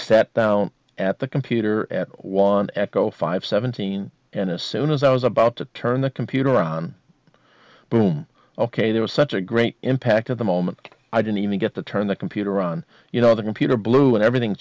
sat down at the computer at one echo five seventeen and as soon as i was about to turn the computer on boom ok there was such a great impact at the moment i didn't even get to turn the computer on you know the computer blew and everything